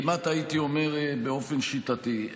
כמעט הייתי אומר באופן שיטתי.